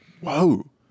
whoa